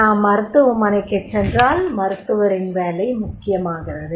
நாம் மருத்துவமனைக்குச் சென்றால் மருத்துவரின் வேலை முக்கியமாகிறது